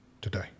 today